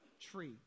Tree